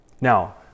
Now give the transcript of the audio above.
Now